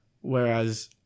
Whereas